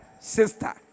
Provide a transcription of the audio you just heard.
sister